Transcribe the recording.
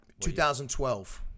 2012